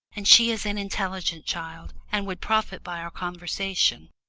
and she is an intelligent child and would profit by our conversation.